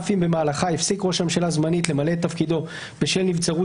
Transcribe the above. אף אם במהלכה הפסיק ראש הממשלה זמנית למלא את תפקידו בשל נבצרות